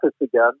again